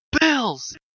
bills